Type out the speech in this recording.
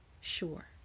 sure